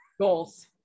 Goals